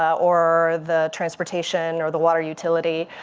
or the transportation. or the water utility.